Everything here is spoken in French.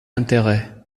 intérêt